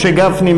משה גפני,